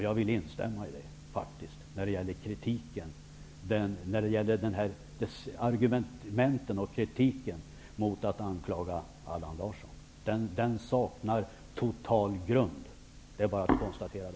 Jag vill instämma i det när det gäller argumenten och kritiken mot Allan Larsson. De saknar totalt grund.